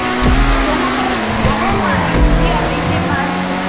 ꯑꯁꯣꯝ ꯅꯥꯀꯟꯗ ꯋꯥꯍꯣꯡ ꯃꯥꯜꯂꯦ ꯆꯤꯆꯦ ꯑꯗꯩꯁꯦ ꯃꯥꯁꯦ